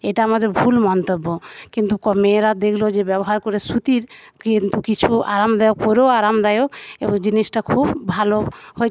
এটা আমাদের ভুল মন্তব্য কিন্তু মেয়েরা দেখল যে ব্যবহার করে সুতির কিন্তু কিছু আরামদায়ক পরেও আরামদায়ক এবং জিনিসটা খুব ভালো হয়েছে